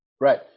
right